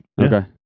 Okay